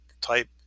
type